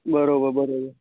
બરોબર બરોબર